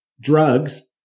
Drugs